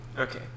Okay